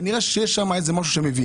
כי כנראה שיש שם משהו שגרם לזה.